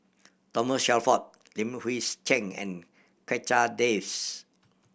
Thomas Shelford Li Hui's Cheng and Checha Davies